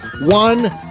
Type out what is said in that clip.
one